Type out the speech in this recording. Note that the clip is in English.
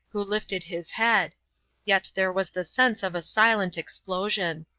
who lifted his head yet there was the sense of a silent explosion.